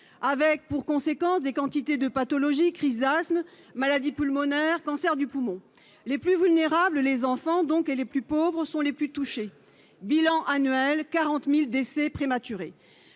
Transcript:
avec pour conséquence des quantités de pathologies crises d'asthme, maladies pulmonaires cancer du poumon, les plus vulnérables, les enfants, donc, et les plus pauvres sont les plus touchés, bilan annuel 40000 décès prématurés